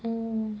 oo